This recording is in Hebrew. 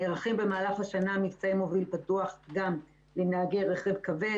נערכים במהלך השנה מבצעי מוביל פתוח גם עם נהגי רכב כבד,